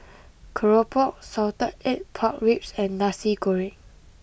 Keropok Salted Egg Pork Ribs and Nasi Goreng